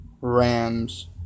Rams